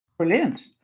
Brilliant